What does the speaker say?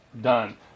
done